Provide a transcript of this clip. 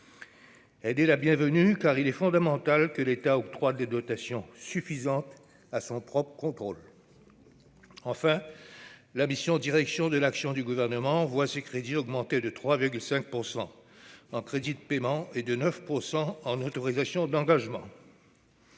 est la bienvenue, car il est fondamental que l'État octroie des dotations suffisantes à son propre contrôle. La mission « Direction de l'action du Gouvernement », quant à elle, voit ses crédits augmenter de 3,5 % en crédits de paiement et de 9 % en autorisations d'engagement.